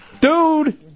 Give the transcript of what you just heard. Dude